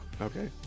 Okay